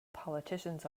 politicians